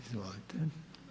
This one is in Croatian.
Izvolite.